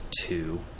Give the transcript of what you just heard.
two